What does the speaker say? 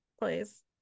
please